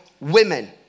women